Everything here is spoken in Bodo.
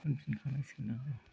होनफिनखानांसिगोन दां